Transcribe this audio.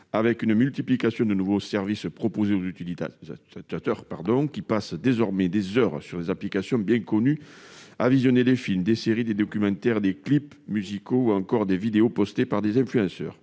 et la multiplication des nouveaux services proposés aux utilisateurs, lesquels passent désormais des heures sur des applications bien connues à visionner des films, des séries, des documentaires, des clips musicaux ou encore des vidéos postées par des influenceurs.